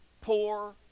poor